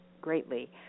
greatly